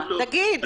תגיד.